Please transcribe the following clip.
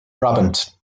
brabant